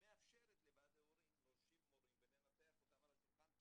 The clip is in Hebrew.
מאפשרת לוועדי הורים להושיב מורים ולנתח אותם על השולחן,